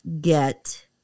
get